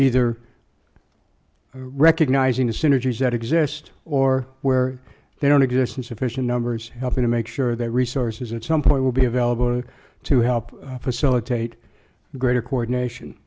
either recognizing the synergies that exist or where they don't exist in sufficient numbers helping to make sure that resources at some point will be available to help facilitate greater coordination